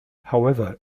however